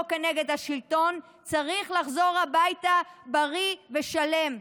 כנגד השלטון צריך לחזור הביתה בריא ושלם.